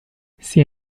sia